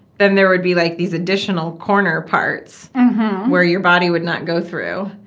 then there would be, like, these additional corner parts mhm. where your body would not go through.